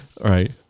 right